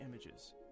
images